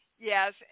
yes